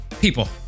People